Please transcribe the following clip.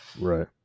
Right